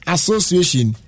Association